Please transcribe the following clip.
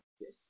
Yes